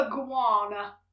iguana